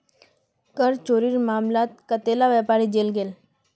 कर चोरीर मामलात कतेला व्यापारी जेल गेल